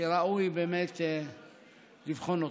שראוי באמת לבחון אותם.